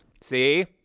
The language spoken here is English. see